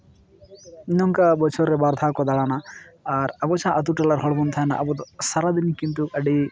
ᱱᱚᱝᱠᱟ ᱵᱚᱪᱷᱚᱨ ᱨᱮ ᱵᱟᱨ ᱫᱷᱟᱣ ᱠᱚ ᱫᱟᱬᱟᱱᱟ ᱟᱨ ᱟᱵᱚ ᱡᱟᱦᱟᱸ ᱟ ᱛᱩᱼᱴᱚᱞᱟ ᱦᱚᱲ ᱵᱚᱱ ᱛᱟᱦᱮᱱᱟ ᱟᱵᱚ ᱫᱚ ᱥᱟᱨᱟ ᱫᱤᱱ ᱠᱤᱱᱛᱩ ᱟᱹᱰᱤ